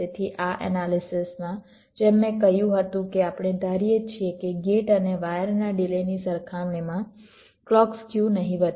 તેથી આ એનાલિસિસમાં જેમ મેં કહ્યું હતું કે આપણે ધારીએ છીએ કે ગેટ અને વાયરના ડિલેની સરખામણીમાં ક્લૉક સ્ક્યુ નહિવત છે